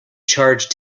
charge